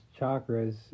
Chakras